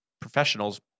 professionals